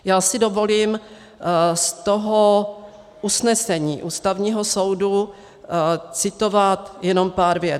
Já si dovolím z toho usnesení Ústavního soudu citovat jenom pár vět.